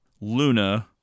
Luna